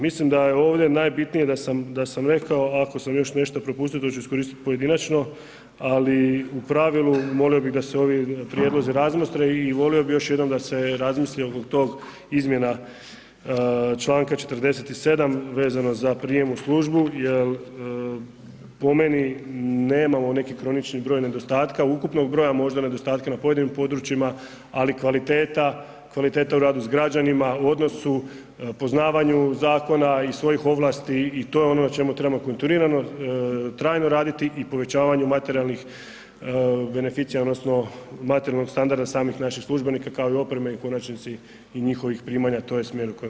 Mislim da je ovdje najbitnije da sam, da sam rekao, a ako sam još nešto propustio to ću iskoristit pojedinačno, ali u pravilu molio bih da se ovi prijedlozi razmotre i volio bi još jednom da se razmisli oko tog izmjena Članka 47. vezano za prijam u službu jel po meni nemamo neki kronični broj nedostatka ukupnog broja, možda nedostatka na pojedinim područjima ali kvaliteta, kvaliteta u radu s građanima, u odnosu, poznavanju zakona i svojih ovlasti i to je ono na čemu trebamo kontinuirano, trajno raditi i povećavanju materijalnih beneficija odnosno materijalnog standarda samih naših službenika kao i opreme u konačnici i njihovih primanja, to je smjer u kojem trebamo ići.